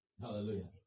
Hallelujah